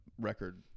record